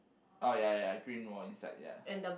oh ya ya I green wall inside ya